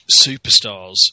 superstars